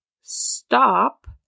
stop